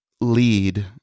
lead